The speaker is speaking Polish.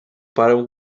parę